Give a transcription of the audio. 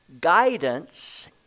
guidance